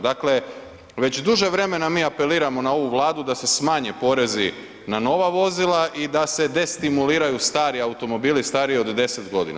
Dakle, već duže vremena apeliramo na ovu Vladu da se smanje porezi na nova vozila i da se destimuliraju stari automobili, stariji od 10 godina.